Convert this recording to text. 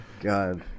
God